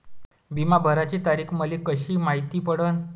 बिमा भराची तारीख मले कशी मायती पडन?